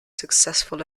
successful